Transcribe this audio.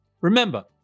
Remember